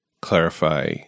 clarify